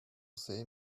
see